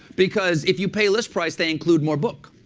because if you pay list price, they include more book.